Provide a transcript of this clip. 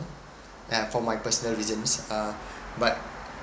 yeah for my personal reasons uh but